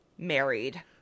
Married